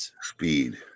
speed